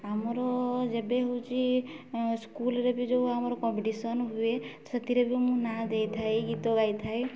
ଆମର ଯେବେ ହେଉଛି ସ୍କୁଲରେ ବି ଯେଉଁ ଆମର କମ୍ପିଟିସନ୍ ହୁଏ ସେଥିରେ ବି ମୁଁ ନାଁ ଦେଇଥାଏ ଗୀତ ଗାଇଥାଏ